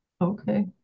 okay